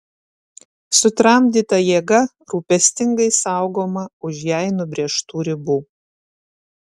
sutramdyta jėga rūpestingai saugoma už jai nubrėžtų ribų